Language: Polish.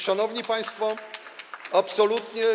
Szanowni państwo, absolutnie.